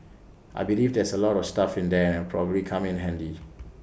I believe there's A lot of stuff in there and it'll probably come in handy